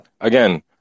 again